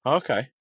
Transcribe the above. okay